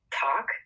talk